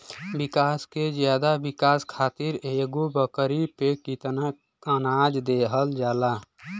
बकरी के ज्यादा विकास खातिर एगो बकरी पे कितना अनाज देहल जाला?